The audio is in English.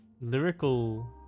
lyrical